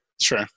sure